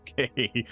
okay